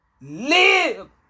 live